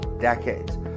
decades